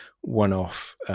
one-off